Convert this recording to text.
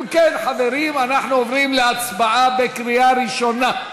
אם כן, חברים, אנחנו עוברים להצבעה בקריאה ראשונה.